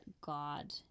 God